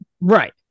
Right